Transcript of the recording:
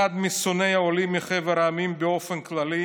אחד משונאי העולים מחבר המדינות באופן כללי